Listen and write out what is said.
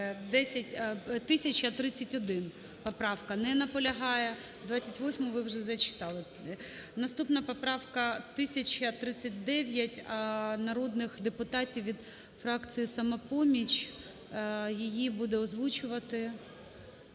1031 поправка. Не наполягає. 28-у ви вже зачитали. Наступна поправка – 1039 народних депутатів від фракції "Самопоміч". Її буде озвучувати…